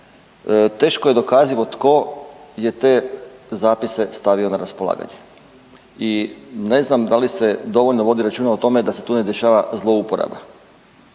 teško je dokazivo tko je te zapise stavio na raspolaganje i ne znam da li se dovoljno vodi računa o tome da se tu ne dešava zlouporaba.